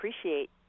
appreciate